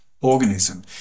organism